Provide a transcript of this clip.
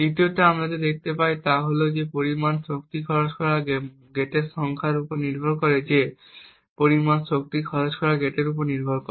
দ্বিতীয়ত আমরা যা দেখতে পাই তা হল যে পরিমাণ শক্তি খরচ করা গেটের সংখ্যার উপর নির্ভর করে